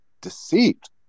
deceived